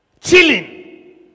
chilling